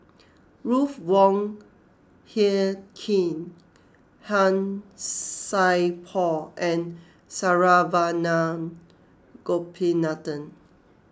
Ruth Wong Hie King Han Sai Por and Saravanan Gopinathan